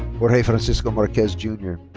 jorge francisco marquez jr.